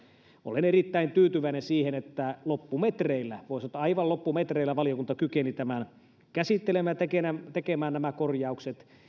olen erittäin tyytyväinen siihen että loppumetreillä voi sanoa että aivan loppumetreillä valiokunta kykeni tämän käsittelemään ja tekemään nämä korjaukset